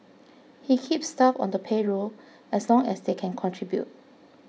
he keeps staff on the payroll as long as they can contribute